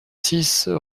six